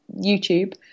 YouTube